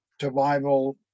survival